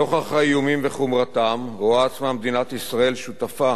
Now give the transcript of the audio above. נוכח האיומים וחומרתם רואה עצמה מדינת ישראל שותפה